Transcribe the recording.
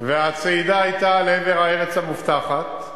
והצעידה היתה אל עבר הארץ המובטחת,